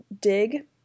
dig